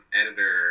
editor